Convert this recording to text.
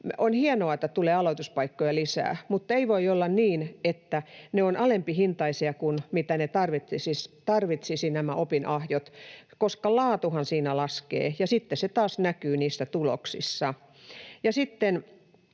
On hienoa, että tulee aloituspaikkoja lisää, mutta ei voi olla niin, että ne ovat alempihintaisia kuin mitä nämä opinahjot tarvitsisivat, koska laatuhan siinä laskee, ja se sitten taas näkyy niissä tuloksissa.